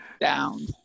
down